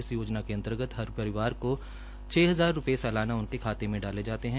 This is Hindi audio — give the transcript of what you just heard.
इस योजना क अंतर्गत हर परिवार को छ हजार रूपये सलाना उनके खाते में डाले जाते है